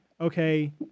okay